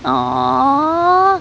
!aww!